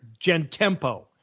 Gentempo